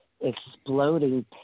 exploding